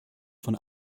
von